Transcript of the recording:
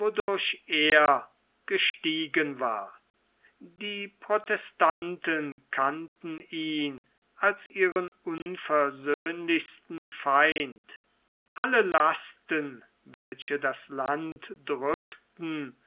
wodurch er gestiegen war die protestanten kannten ihn als ihren unversöhnlichsten feind alle lasten welche das land drückten